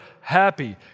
happy